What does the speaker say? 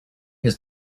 his